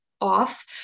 off